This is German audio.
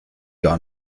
gar